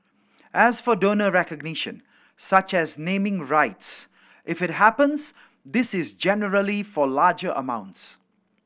as for donor recognition such as naming rights if it happens this is generally for larger amounts